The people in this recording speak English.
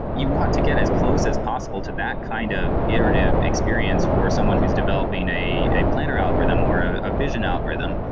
you want to get as close as possible to that kind of iterative experience for someone who is developing a a planner algorithm or ah a vision algorithm.